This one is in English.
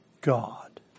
God